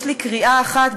יש לי קריאה אחת,